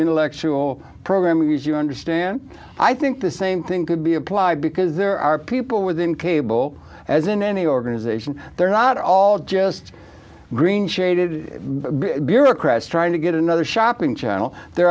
intellectual programming is you understand i think the same thing could be applied because there are people within cable as in any organization they're not all just green shaded bureaucrats trying to get another shopping channel there